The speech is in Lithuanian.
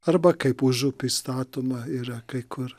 arba kaip užupy statoma yra kai kur